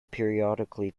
periodically